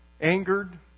angered